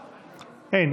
אין.